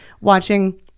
watching